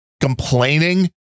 complaining